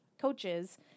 coaches